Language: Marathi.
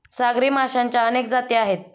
सागरी माशांच्या अनेक जाती आहेत